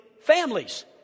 families